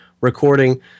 recording